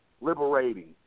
liberating